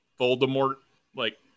Voldemort-like